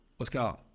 Oscar